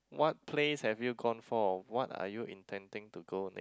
what place have you gone for what are you intending to go next